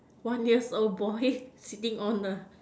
one years old boy sitting on the